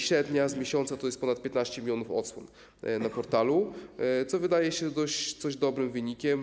Średnia z miesiąca to jest ponad 15 mln odsłon na portalu, co wydaje się dość dobrym wynikiem.